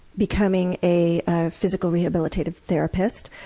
becoming a physical rehabilitative therapist.